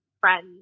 friends